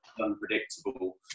Unpredictable